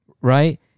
Right